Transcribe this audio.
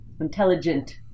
Intelligent